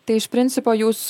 tai iš principo jūs